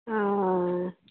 हॅं